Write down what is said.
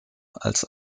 als